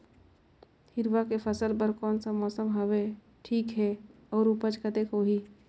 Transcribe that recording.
हिरवा के फसल बर कोन सा मौसम हवे ठीक हे अउर ऊपज कतेक होही?